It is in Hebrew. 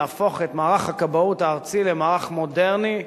להפוך את מערך הכבאות הארצי למערך מודרני,